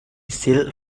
sealed